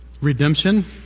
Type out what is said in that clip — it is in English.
Redemption